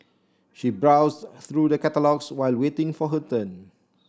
she browsed through the catalogues while waiting for her turn